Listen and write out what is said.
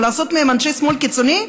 ולעשות מהם אנשי שמאל קיצוני,